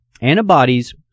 Antibodies